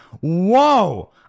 Whoa